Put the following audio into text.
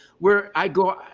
where i go,